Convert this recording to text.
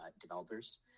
developers